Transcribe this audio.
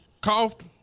coughed